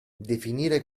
definire